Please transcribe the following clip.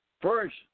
First